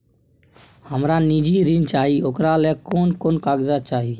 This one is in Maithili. हमरा निजी ऋण चाही ओकरा ले कोन कोन कागजात चाही?